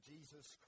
Jesus